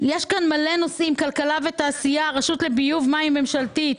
משרד הכלכלה והתעשייה: רשות לביוב ומים ממשלתית,